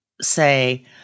say